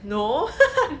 no